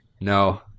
no